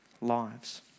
lives